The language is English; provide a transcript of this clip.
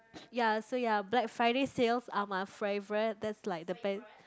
ya so ya Black Friday sales are my favourite that's like the